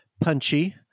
punchy